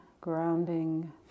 grounding